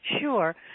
Sure